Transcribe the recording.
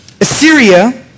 Assyria